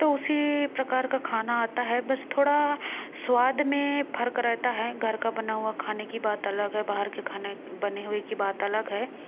तो उसी प्रकार का खाना आता है बस थोड़ा स्वाद में फ़र्क रहता है घर का बना हुआ खाने की बात अलग है बाहर के खाने बने हुए की बात अलग है